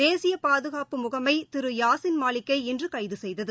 தேசிய பாதுகாப்பு முகமை திரு யாசின் மாலிக்கை இன்று கைது செய்தது